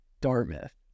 Dartmouth